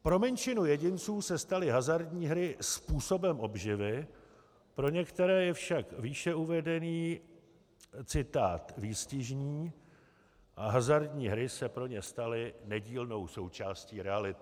Pro menšinu jedinců se staly hazardní hry způsobem obživy, pro některé je však výše uvedený citát výstižný a hazardní hry se pro ně staly nedílnou součástí reality.